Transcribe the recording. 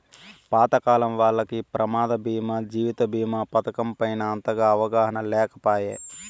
పాతకాలం వాల్లకి ప్రమాద బీమా జీవిత బీమా పతకం పైన అంతగా అవగాహన లేకపాయె